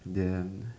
then